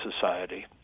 Society